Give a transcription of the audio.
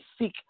seek